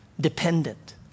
dependent